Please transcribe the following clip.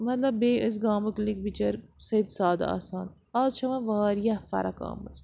مطلب بیٚیہِ ٲسۍ گامُک لِکۍ بِچٲرۍ سیٚد سادٕ آسان آز چھِ وٕ واریاہ فرق آمٕژ